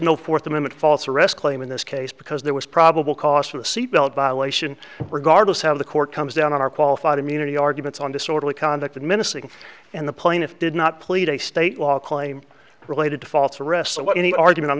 no fourth amendment false arrest claim in this case because there was probable cause for a seatbelt violation regardless how the court comes down on our qualified immunity arguments on disorderly conduct and missing and the plaintiff did not plead a state law claim related to false arrest so what any argument